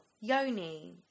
yoni